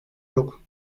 yok